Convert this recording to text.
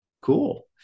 Cool